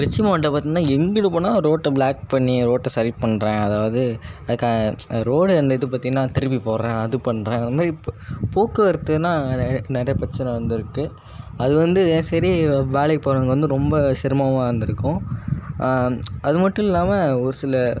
திருச்சி மாவட்டம் பார்த்தீங்கன்னா எங்கிட்டு போனாலும் ரோட்டை பிளாக் பண்ணி ரோட்டை சரி பண்ணுறேன் அதாவது க ரோடு அந்த இது பார்த்தின்னா திருப்பி போடுறேன் அது பண்ணுறேன் அது மாதிரி போ போக்குவரத்துன்னால் நிறை நிறையா பிரச்சனை வந்திருக்கு அது வந்து சரி வேலைக்கு போகிறவங்க வந்து ரொம்ப சிரமமாக இருந்திருக்கும் அது மட்டும் இல்லாமல் ஒருசில